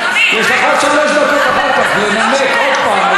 יש לך עוד שלוש דקות אחר כך לנמק עוד פעם.